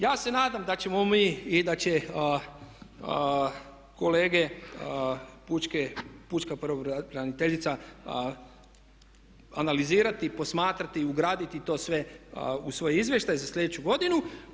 Ja se nadam da ćemo mi i da će kolege pučka pravobraniteljica analizirati, posmatrati i ugraditi to sve u svoj izvještaj za slijedeću godinu.